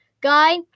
guy